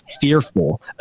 fearful